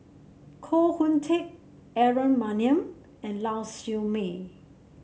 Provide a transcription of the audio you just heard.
Koh Hoon Teck Aaron Maniam and Lau Siew Mei